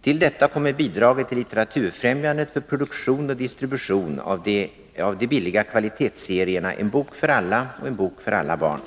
Till detta kommer bidraget till Litteraturfrämjandet för produktion och distribution av de billiga kvalitetsserierna En bok för alla och En bok för alla barn.